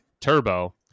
turbo